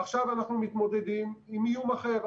עכשיו אנחנו מתמודדים עם איום אחר,